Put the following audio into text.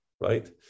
right